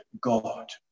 God